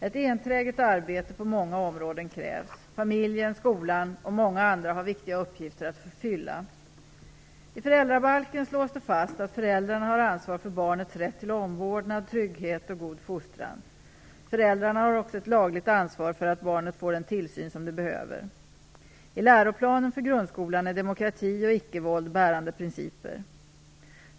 Ett enträget arbete på många områden krävs. Familjen, skolan och många andra har viktiga uppgifter att fylla. I föräldrabalken slås det fast att föräldrarna har ansvar för barnets rätt till omvårdnad, trygghet och god fostran. Föräldrarna har också ett lagligt ansvar för att barnet får den tillsyn som det behöver. I läroplanen för grundskolan är demokrati och icke-våld bärande principer.